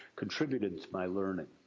contributed to my learning.